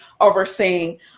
overseeing